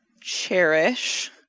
Cherish